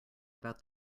about